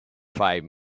five